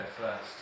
first